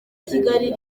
kigali